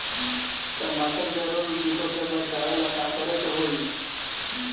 टमाटर को रोग कीटो से बचावेला का करेके होई?